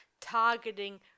targeting